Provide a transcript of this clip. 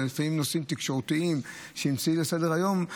ולפעמים נושאים תקשורתיים שנמצאים על סדר-היום.